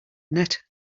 net